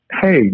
hey